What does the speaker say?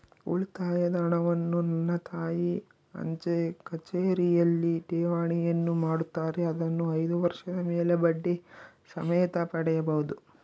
ಉಳಿತಾಯದ ಹಣವನ್ನು ನನ್ನ ತಾಯಿ ಅಂಚೆಕಚೇರಿಯಲ್ಲಿ ಠೇವಣಿಯನ್ನು ಮಾಡುತ್ತಾರೆ, ಅದನ್ನು ಐದು ವರ್ಷದ ಮೇಲೆ ಬಡ್ಡಿ ಸಮೇತ ಪಡೆಯಬಹುದು